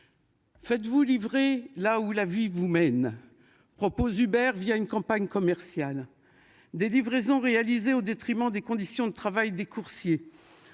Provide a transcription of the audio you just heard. Faites-vous livrer là où la vie vous mène. Propose Hubert via une campagne commerciale des livraisons réalisées au détriment des conditions de travail des coursiers